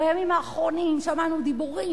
בימים האחרונים שמענו דיבורים,